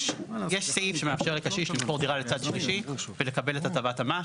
יש סעיף שמאפשר לקשיש למכור דירה לצד שלישי ולקבל את הטבת המס,